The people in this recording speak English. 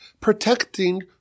protecting